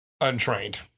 untrained